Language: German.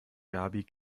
gaby